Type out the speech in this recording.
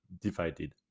divided